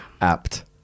Apt